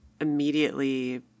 immediately